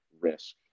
risk